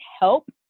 help